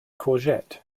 courgette